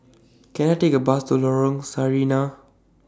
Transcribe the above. Can I Take A Bus to Lorong Sarina